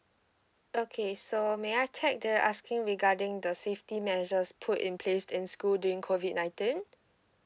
okay so may I check do you asking regarding the safety measures put in placed in school during COVID nineteen